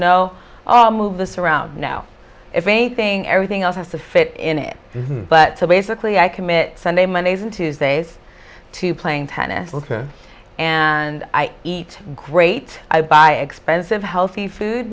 no all move this around now if anything everything else has to fit in it but basically i commit sunday mondays and tuesdays to playing tennis and i eat great i buy expensive healthy food